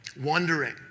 wondering